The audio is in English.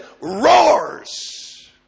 roars